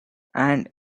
and